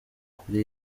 kuri